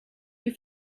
you